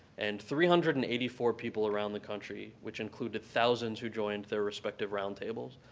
and three hundred and eighty four people around the country, which included thousands who joined their respective roundtables,